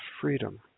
freedom